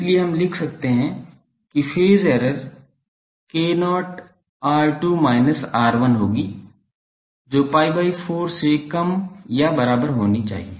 इसलिए हम लिख सकते हैं कि phase error k0 R2 minus R1 होगी जो pi by 4 से कम या बराबर होनी चाहिए